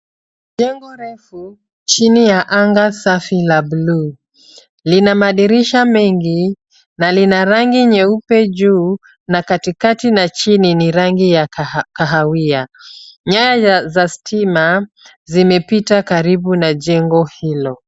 Jengo refu, chini ya anga safi la buluu. Lina madirisha mengi na lina rangi nyeupe juu na katikati na chini ni rangi ya kahawia. Nyaya za stima zimepita karibu na jengo hilo.